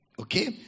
okay